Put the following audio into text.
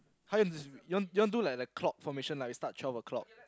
how you want to do this you want do the clock formation lah you start twelve o-clock